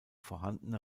vorhandene